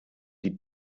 die